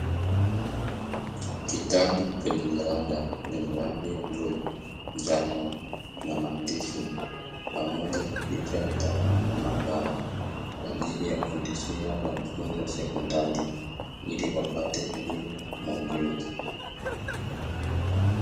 Kitabu chenye jalada lenye rangi ya bluu, njano pamoja na maandishi pamoja na picha ya mtaalamu wa maabara kwa ajili ya kufundishia wanafunzi wa sekondari ili wapate elimu na ujuzi.